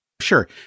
Sure